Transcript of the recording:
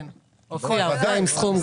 כן, הופיע עם סכום.